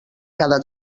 cada